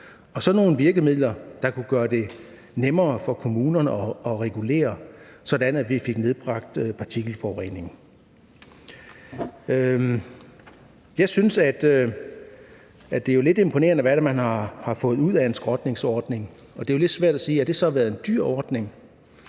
for nogle virkemidler, der kunne gøre det nemmere for kommunerne at regulere, sådan at vi fik nedbragt partikelforureningen. Jeg synes, at det er lidt imponerende, hvad man har fået ud af en skrotningsordning, og det er lidt svært at sige, om det så har været en dyr ordning